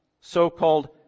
So-called